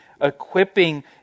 equipping